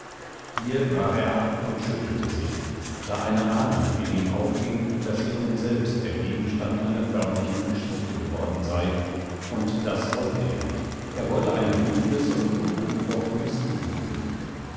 hier brach er ab und schüttelte sich da eine ahnung in ihm aufging daß er nun selbst der gegenstand einer förmlichen geschichte geworden sei und das wollte er nicht er wollte ein ruhiges und unangefochtenes leben führen